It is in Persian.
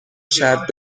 شرط